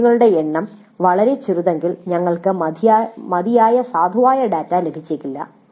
ചോദ്യങ്ങളുടെ എണ്ണം വളരെ ചെറുതാണെങ്കിൽ ഞങ്ങൾക്ക് മതിയായ സാധുവായ ഡാറ്റ ലഭിച്ചേക്കില്ല